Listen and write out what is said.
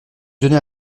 donner